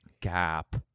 Gap